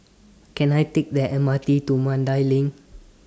Can I Take The M R T to Mandai LINK